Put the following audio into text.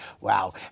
wow